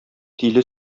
тиле